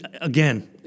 Again